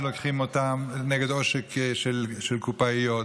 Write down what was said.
שלוקחים מהן נגד עושק של קופאיות.